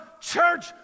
church